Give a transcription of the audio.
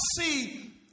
see